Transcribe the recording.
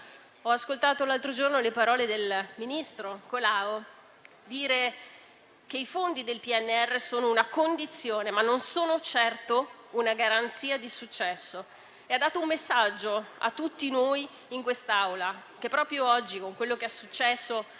ho ascoltato l'altro giorno le parole del ministro Colao, il quale ha detto che i fondi del PNRR sono una condizione, ma non sono certo una garanzia di successo. Ha dato un messaggio a tutti noi in quest'Aula (e quello che è successo